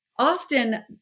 Often